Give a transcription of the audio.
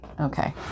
okay